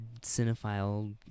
cinephile